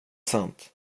sant